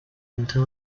until